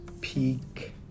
peak